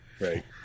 Right